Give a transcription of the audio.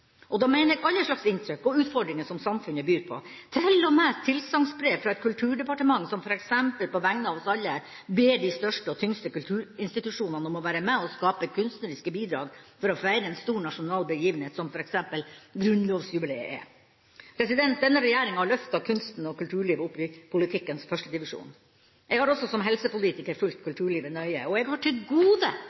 Og da mener jeg alle slags inntrykk og utfordringer som samfunnet byr på – til og med tilsagnsbrev fra et kulturdepartement som f.eks. på vegne av oss alle ber de største og tyngste kulturinstitusjonene om å være med på å skape kunstneriske bidrag for å feire en stor nasjonal begivenhet, som f.eks. grunnlovsjubileet er. Denne regjeringa har løftet kunsten og kulturlivet opp i politikkens førstedivisjon. Jeg har også som helsepolitiker fulgt kulturlivet nøye, og jeg har til gode